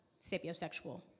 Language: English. sapiosexual